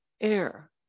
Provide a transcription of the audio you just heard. air